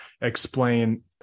explain